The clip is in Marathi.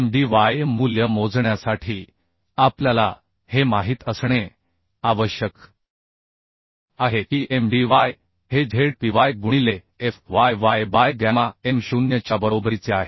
Mdy मूल्य मोजण्यासाठी आपल्याला हे माहित असणे आवश्यक आहे की Mdy हे Zpy गुणिले fyवाय बाय गॅमा m 0 च्या बरोबरीचे आहे